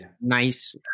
nice